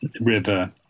river